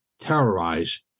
terrorize